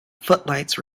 footlights